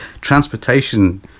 transportation